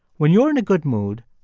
when you're in a good mood,